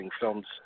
films